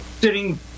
sitting